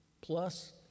plus